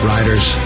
Riders